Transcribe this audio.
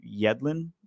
Yedlin